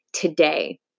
today